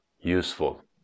useful